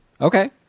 Okay